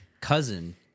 cousin